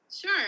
Sure